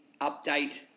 update